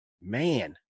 Man